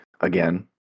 again